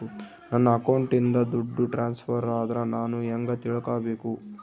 ನನ್ನ ಅಕೌಂಟಿಂದ ದುಡ್ಡು ಟ್ರಾನ್ಸ್ಫರ್ ಆದ್ರ ನಾನು ಹೆಂಗ ತಿಳಕಬೇಕು?